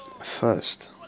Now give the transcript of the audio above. first